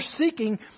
seeking